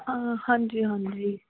ਹਾਂਜੀ ਹਾਂਜੀ